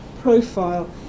profile